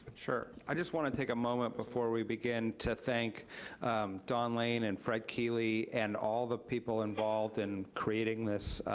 sure, i just want to take a moment before we begin to thank don lane and fred keeley and all the people involved in creating this,